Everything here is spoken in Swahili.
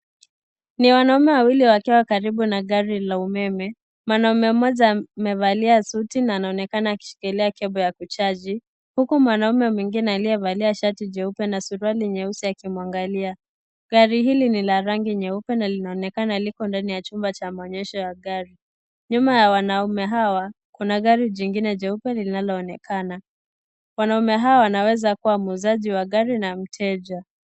Ni wanaume wawili wakiwa karibu na gari la umeme. Mwanaume mmoja amevalia suti na anaonekana akishikilia kebo ya kuchaji. Huku mwanamume mwingine aliyevalia shati jeupe na suruali nyeusi akimwangalia. Gari hili ni la rangi nyeupe na linaonekana liko ndani ya chumba cha maonyesho ya gari. Nyuma ya wanaume hawa kuna gari jingine jeupe linaloonekana. Wanaume hawa wanaweza kuwa muuzaji wa gari na mteja.